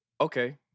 Okay